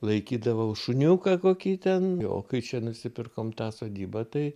laikydavau šuniuką kokį ten o kai čia nusipirkom tą sodybą tai